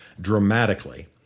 dramatically